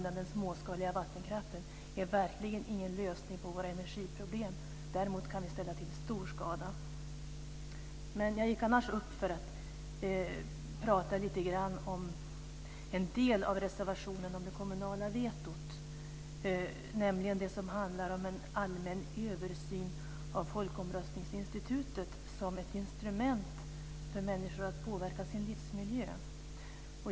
Så det är verkligen ingen lösning på våra energiproblem att använda den småskaliga vattenkraften. Däremot kan vi ställa till stor skada. Jag gick upp för att prata lite grann om en del av reservationen om det kommunala vetot, nämligen det som handlar om en allmän översyn av folkomröstningsinstitutet som ett instrument för människor att påverka sin livsmiljö.